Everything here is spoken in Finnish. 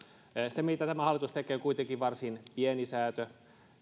se mitä tämä hallitus tekee on kuitenkin varsin pieni säätö